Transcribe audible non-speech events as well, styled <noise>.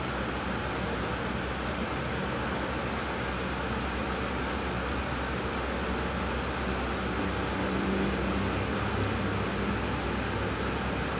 uh for like <noise> most of it was like a long canvas then then in the middle was like <noise> a self portrait and there was like <noise> ya a few other portraits around it